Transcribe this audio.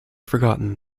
forgotten